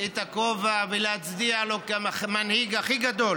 את הכובע ולהצדיע לו כמנהיג הכי גדול